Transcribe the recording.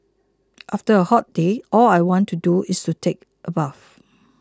after a hot day all I want to do is take a bath